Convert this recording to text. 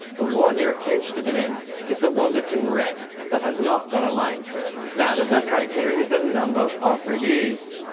the one you're interested in is the one that's in red that has not got a line through it. the third criteria is the number of reviews.